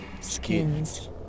Skins